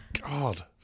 God